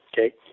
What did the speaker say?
okay